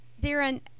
Darren